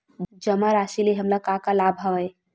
जमा राशि ले हमला का का लाभ हवय?